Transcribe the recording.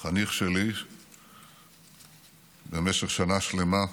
שלי במשך שנה שלמה.